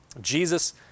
jesus